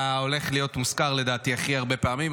הולך להיות מוזכר לדעתי הכי הרבה פעמים,